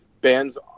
bands